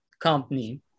company